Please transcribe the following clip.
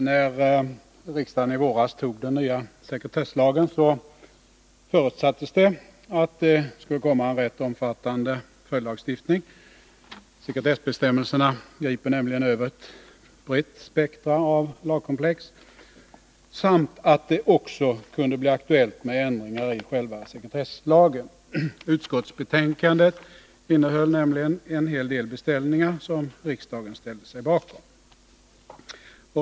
Herr talman! När riksdagen i våras antog den nya sekretesslagen förutsattes det att det skulle komma en ganska omfattande följdlagstiftning — sekretessbestämmelserna griper nämligen över ett brett spektrum av lagkomplex — samt att det också kunde bli aktuellt med ändringar i själva sekretesslagen. Utskottsbetänkandet innehöll nämligen en hel del beställningar som riksdagen ställde sig bakom.